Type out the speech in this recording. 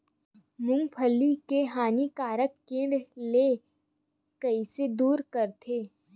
मूंगफली के हानिकारक कीट ला कइसे दूर करथे?